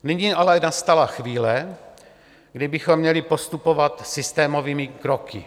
Nyní ale nastala chvíle, kdy bychom měli postupovat systémovými kroky.